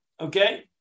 Okay